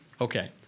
Okay